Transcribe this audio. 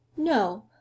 no